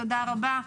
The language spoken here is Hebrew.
תודה רבה.